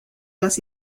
las